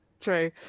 true